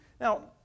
Now